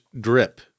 drip